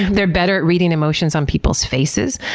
they're better at reading emotions on people's faces.